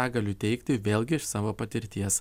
tą galiu teigti vėlgi iš savo patirties